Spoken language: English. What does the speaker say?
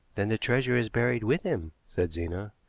then the treasure is buried with him, said zena.